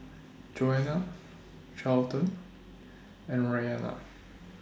Joana Charlton and Rianna